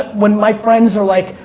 when my friends are like,